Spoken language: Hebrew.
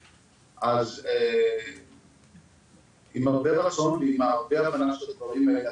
אז עם הרבה רצון ועם הרבה הבנה שהדברים האלה,